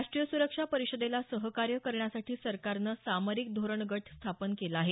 राष्टीय सुरक्षा परिषदेला सहकार्य करण्यासाठी सरकारनं सामरिक धोरण गट स्थापन केला आहे